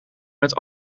met